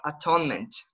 atonement